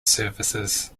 services